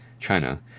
China